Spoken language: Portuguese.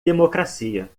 democracia